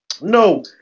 no